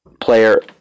player